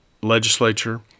legislature –